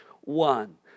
One